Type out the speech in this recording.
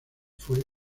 fue